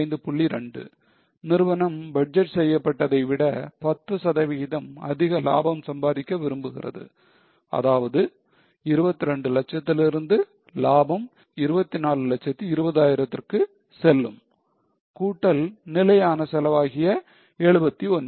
2 நிறுவனம் பட்ஜெட் செய்யப்பட்டதை விட 10 சதவீதம் அதிக லாபம் சம்பாதிக்க விரும்புகிறது அதாவது 2200000 திலிருந்து லாபம் 2420000 க்கு செல்லும் கூட்டல் நிலையான செலவாகிய 71